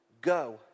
go